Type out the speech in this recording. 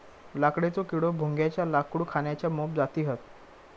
लाकडेचो किडो, भुंग्याच्या लाकूड खाण्याच्या मोप जाती हत